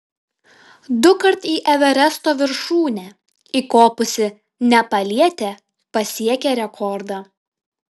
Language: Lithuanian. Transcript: dukart į everesto viršūnę įkopusi nepalietė pasiekė rekordą